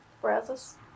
Brazos